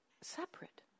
separate